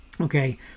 Okay